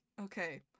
Okay